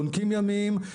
יונקים ימיים,